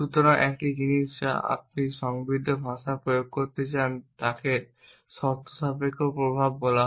সুতরাং একটি জিনিস যা আপনি একটি সমৃদ্ধ ভাষা প্রয়োগ করতে চান তাকে শর্তসাপেক্ষ প্রভাব বলা হয়